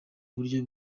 buryo